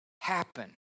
happen